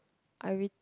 I will